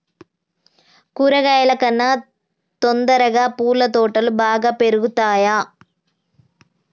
కూరగాయల కన్నా తొందరగా పూల తోటలు బాగా పెరుగుతయా?